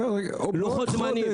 לוחות זמנים.